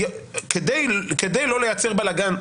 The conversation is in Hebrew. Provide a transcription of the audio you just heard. כדי לא לייצר בלגן,